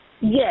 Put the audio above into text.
Yes